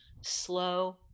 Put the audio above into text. slow